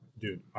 dude